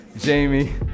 Jamie